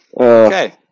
Okay